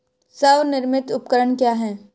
स्वनिर्मित उपकरण क्या है?